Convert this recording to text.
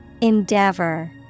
Endeavor